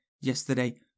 Yesterday